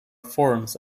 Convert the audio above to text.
forms